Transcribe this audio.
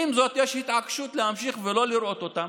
עם זאת, יש התעקשות להמשיך לא לראות אותם.